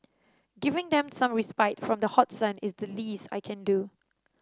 giving them some respite from the hot sun is the least I can do